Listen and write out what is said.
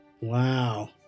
Wow